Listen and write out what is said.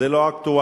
זה לא אקטואלי,